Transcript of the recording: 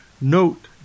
Note